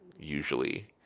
usually